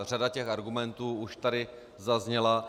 Řada argumentů už tady zazněla.